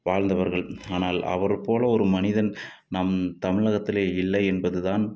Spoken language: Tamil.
வாள்ந்தவர்கள் ஆனால் அவர் போல ஒரு மனிதன் நம் தமிழகத்திலே இல்லை என்பதுதான்